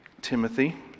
Timothy